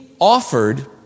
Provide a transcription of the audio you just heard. offered